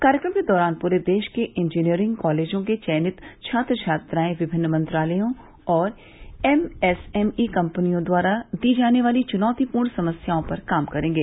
कार्यक्रम के दौरान पूरे देश के इंजीनियरिंग कॉलेजों से चयनित छात्र छात्राएं विमिन्न मंत्रालयों और एम एस एम ई कंपनियों द्वारा दी जाने वाली चुनौतीपूर्ण समस्याओं पर काम करेंगे